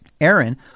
Aaron